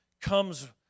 comes